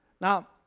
Now